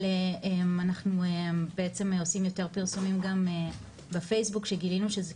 אנחנו בעצם עושים יותר פרסומים גם בפייסבוק שגילינו שזה